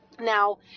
Now